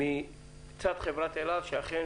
מצד חברת אל על שאכן